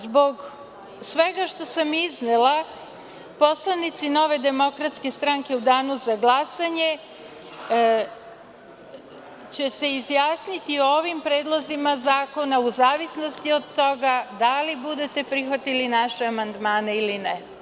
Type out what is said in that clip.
Zbog svega što sam iznela, poslanici Nove demokratske stranke u Danu za glasanje će se izjasniti o ovim predlozima zakona u zavisnosti od toga da li budete prihvatili naše amandmane ili ne.